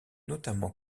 notamment